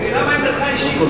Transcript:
אני יודע מה עמדתך האישית.